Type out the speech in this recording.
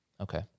Okay